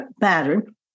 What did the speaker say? pattern